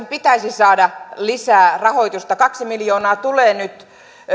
pitäisi saada lisää rahoitusta kaksi miljoonaa tulee nyt